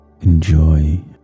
Enjoy